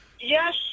Yes